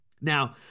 Now